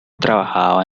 trabajaba